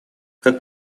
как